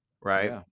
right